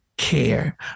care